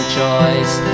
choice